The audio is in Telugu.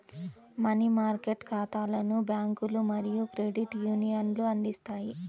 మనీ మార్కెట్ ఖాతాలను బ్యాంకులు మరియు క్రెడిట్ యూనియన్లు అందిస్తాయి